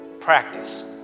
Practice